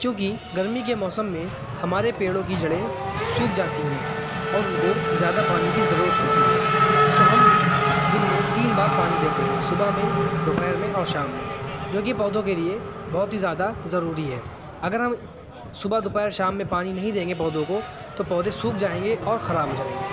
چونکہ گرمی کے موسم میں ہمارے پیڑوں کی جڑیں سوکھ جاتی ہیں اور ان کو زیادہ پانی کی ضرورت ہوتی ہے تو ہم دن میں تین بار پانی دیتے ہیں صبح میں دوپہر میں اور شام میں جوکہ پودوں کے لیے بہت ہی زیادہ ضروری ہے اگر ہم صبح دوپہر شام میں پانی نہیں دیں گے پودوں کو تو پودے سوکھ جائیں گے اور خراب ہو جائیں گے